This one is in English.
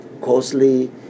costly